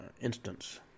instance